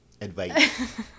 Advice